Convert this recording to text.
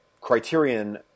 Criterion